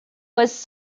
was